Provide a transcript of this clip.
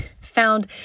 Found